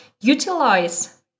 utilize